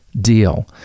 deal